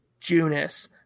Junis